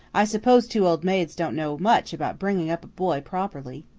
i suppose two old maids don't know much about bringing up a boy properly.